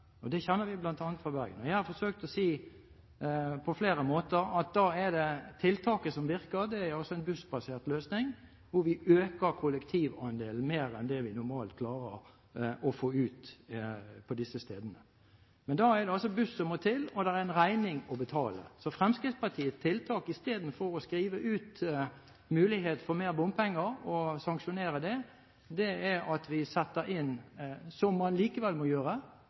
fra Bergen. Jeg har forsøkt å si på flere måter at da er det tiltaket som virker, en bussbasert løsning hvor vi øker kollektivandelen mer enn det vi normalt klarer å få ut på disse stedene. Men da er det altså buss som må til, og det er en regning å betale. Så Fremskrittspartiets tiltak, i stedet for å skrive ut mulighet for mer bompenger og sanksjonere det, er at vi setter inn flere busser – som man likevel må gjøre